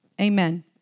Amen